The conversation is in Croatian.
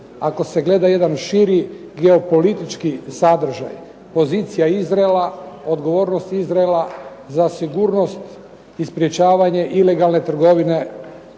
Ako se gleda jedan širi geopolitički sadržaj pozicija Izraela, odgovornost Izraela za sigurnost i sprječavanje ilegalne trgovine